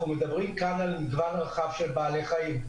אנחנו מדברים כאן על מגוון רחב של בעלי חיים,